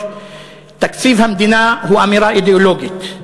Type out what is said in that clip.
תקציב המדינה הוא אמירה אידיאולוגית,